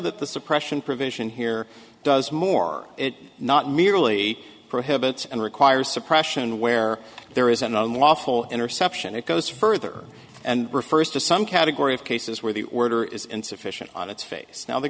that the suppression provision here does more it not merely prohibits and requires suppression where there is an unlawful interception it goes further and refers to some category of cases where the order is insufficient on its face now the